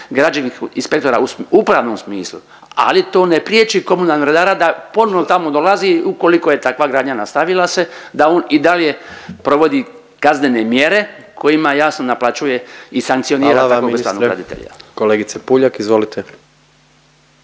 građevinih inspektora u upravnom smislu, ali to ne priječi komunalnog redara da ponovo tamo dolazi ukoliko je takva gradnja nastavila se da on i dalje provodi kaznene mjere kojima jasno naplaćuje i sankcionira takvog bespravnog graditelja. **Jandroković, Gordan (HDZ)** Hvala vam ministre. Kolegice Puljak, izvolite.